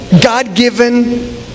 God-given